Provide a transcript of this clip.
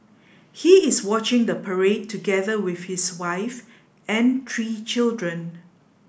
he is watching the parade together with his wife and three children